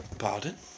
Pardon